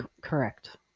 Correct